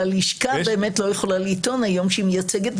אבל הלשכה באמת לא יכולה לטעון היום שהיא מייצגת.